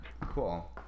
cool